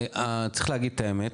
צריך להגיד את האמת,